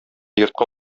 йортка